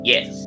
Yes